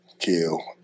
kill